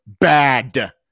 bad